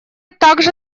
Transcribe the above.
также